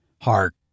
Hark